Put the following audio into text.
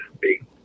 big